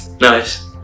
Nice